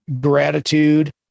gratitude